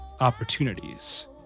opportunities